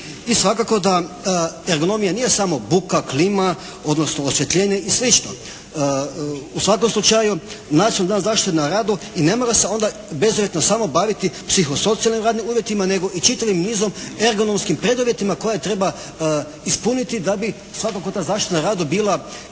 i svakako da ergonomija nije samo buka, klima, odnosno osvjetljenje i slično. U svakom slučaju Nacionalni dan zaštite na radu i ne mora se onda bezuvjetno samo baviti psihosocijalnim radnim uvjetima nego i čitavim nizom, ergonomskim preduvjetima koje treba ispuniti da bi svakako ta zaštita na radu bila i